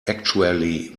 actually